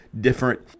different